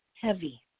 heavy